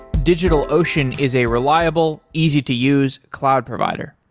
digitalocean is a reliable, easy to use cloud provider.